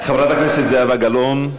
חברת הכנסת זהבה גלאון,